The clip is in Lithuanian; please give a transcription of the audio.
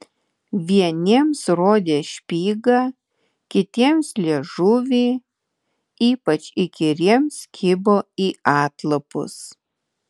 vieniems rodė špygą kitiems liežuvį ypač įkyriems kibo į atlapus